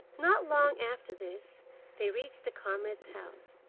not long after this they reached the comrade's house,